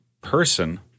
person